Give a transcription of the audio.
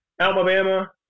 Alabama